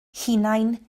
hunain